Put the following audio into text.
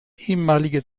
ehemalige